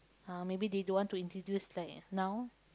uh maybe they don't want to introduce like now